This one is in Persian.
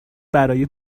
برای